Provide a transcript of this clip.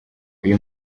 uyu